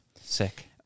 Sick